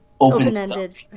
open-ended